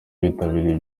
bitabiriye